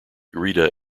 rita